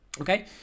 okay